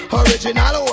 original